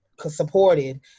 supported